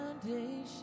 foundation